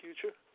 future